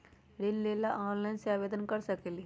ऋण लेवे ला ऑनलाइन से आवेदन कर सकली?